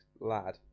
lad